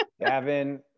Gavin